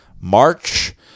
march